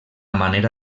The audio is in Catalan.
manera